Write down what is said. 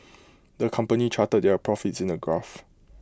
the company charted their profits in A graph